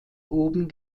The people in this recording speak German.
oben